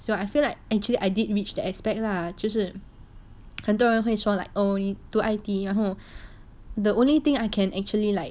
so I feel like actually I did reach the aspect lah 就是很多人会说 like oh 你读 I_T_E the only thing I can actually like